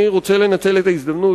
אני רוצה לנצל את ההזדמנות,